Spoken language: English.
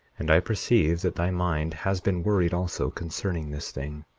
and i perceive that thy mind has been worried also concerning this thing.